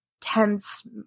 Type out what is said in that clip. tense